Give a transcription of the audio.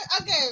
okay